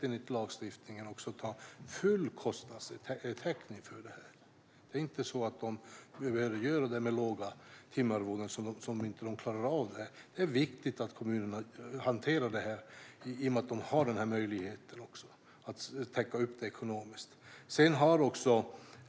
Enligt lagstiftningen har man rätt till full kostnadstäckning för det här. Det är inte på det sättet att de behöver göra det med låga timarvoden och inte klarar av det. Det är viktigt att kommunerna hanterar det, i och med att de har möjlighet att täcka upp för det ekonomiskt.